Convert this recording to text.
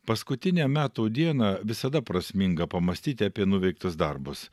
paskutinę metų dieną visada prasminga pamąstyti apie nuveiktus darbus